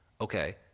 Okay